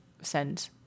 send